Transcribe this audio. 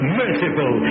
merciful